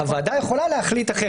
הוועדה יכולה להחליט אחרת.